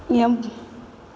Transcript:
M